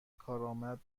کارآمد